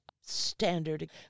standard